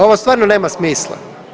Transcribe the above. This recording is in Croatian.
Ovo stvarno nema smisla.